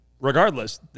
regardless